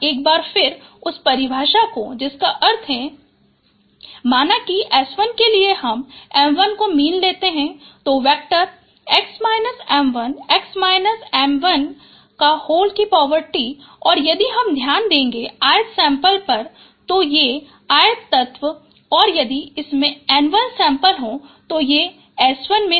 एक बार फिर उस परिभाषा को जिसका अर्थ है माना कि S1 के लिए हम m1 को मीन लेते हैं तो वेक्टर 𝑥−𝑚1𝑥−𝑚1𝑇 और यदि हम ध्यान देगें ith सैंपल पर तो ये ith तत्व और यदि इसमें N1 सैंपल हों तो S1 में